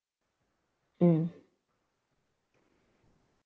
mm